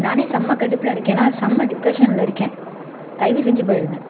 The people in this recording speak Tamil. நானே செம கடுப்பில் இருக்கேண்ணா செம டிப்ரெஷனில் இருக்கேன் தயவுசெஞ்சு போய்விடுங்க